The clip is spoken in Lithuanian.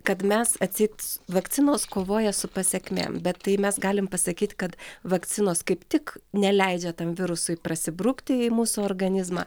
kad mes atseit vakcinos kovoja su pasekmėm bet tai mes galim pasakyt kad vakcinos kaip tik neleidžia tam virusui prasibrukti į mūsų organizmą